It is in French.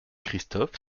christophe